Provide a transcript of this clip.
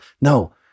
No